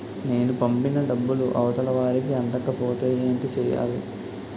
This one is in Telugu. నేను పంపిన డబ్బులు అవతల వారికి అందకపోతే ఏంటి చెయ్యాలి?